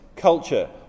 culture